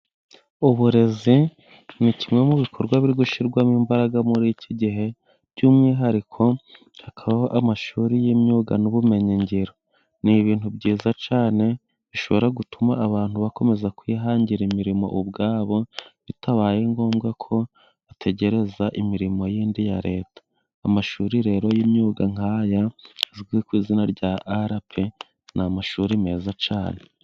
Uburezi ni kimwe mu bikorwa biri gushyirwamo imbaraga muri iki gihe, by'umwihariko hakabaho amashuri y'imyuga n'ubumenyigiro, ni ibintu byiza cyane bishobora gutuma abantu bakomeza kwihangira imirimo ubwabo, bitabaye ngombwa ko bategereza imirimo yindi ya Leta. Amashuri rero y'imyuga nk'aya, azwi ku izina rya arapi ni amashuri meza cyane.